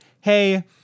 hey